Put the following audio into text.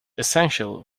essential